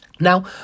Now